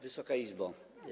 Wysoka Izbo!